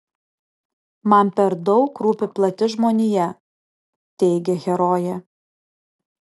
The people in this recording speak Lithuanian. man per daug rūpi plati žmonija teigia herojė